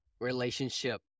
relationship